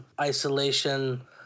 isolation